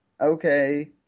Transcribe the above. okay